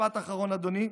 משפט אחרון, אדוני.